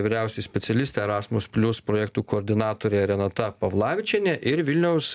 vyriausioji specialistė erasmus plius projektų koordinatorė renata pavlavičienė ir vilniaus